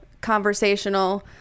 conversational